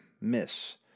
miss